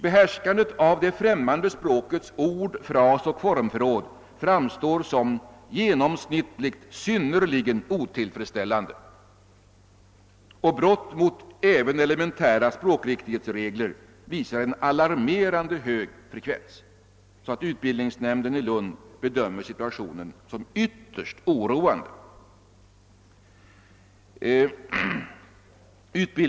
Behärskandet av det främmande språkets ord-, frasoch formförråd framstår som genomsnittligt synnerligen otillfredsställande, och brott mot även elementära språkriktighetsregler visar en alarmerande hög frekvens. Utbildningsnämnden i Lund bedömer situationen som ytterst oroande.